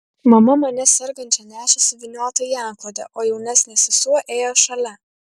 mama mane sergančią nešė suvyniotą į antklodę o jaunesnė sesuo ėjo šalia